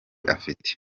afite